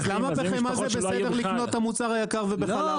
אז למה בחמאה זה בסדר לקנות את המוצר היקר ובחלב לא?